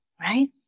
right